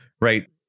right